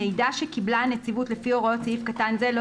מידע שקיבלה הנציבות לפי הוראות סעיף קטן זה לא